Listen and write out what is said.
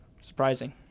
Surprising